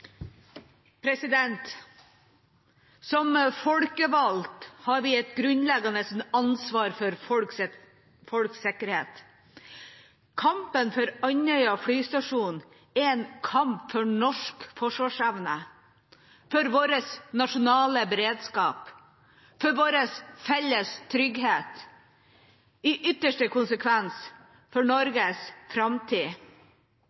Som folkevalgte har vi et grunnleggende ansvar for folks sikkerhet. Kampen for Andøya flystasjon er en kamp for norsk forsvarsevne, for vår nasjonale beredskap, for vår felles trygghet og i ytterste konsekvens for